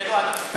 זה לא,